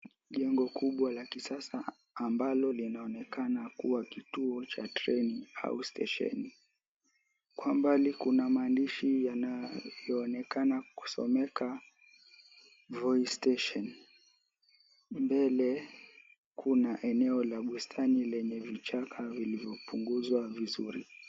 Jengo kubwa la kisasa ambalo linaonekana kuwa kituo cha treni au stesheni. Kwa mbali kuna maandishi yanayoonekana kusomeka Voi station, mbele kuna eneo la bustani lenye vichaka viliyopunguzwa vizuri.